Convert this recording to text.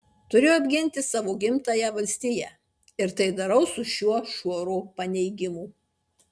turiu apginti savo gimtąją valstiją ir tai darau su šiuo šuoru paneigimų